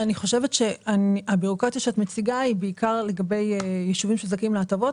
אני חושבת שהבירוקרטיה שאת מציגה היא בעיקר לגבי יישובים שזכאים להטבות.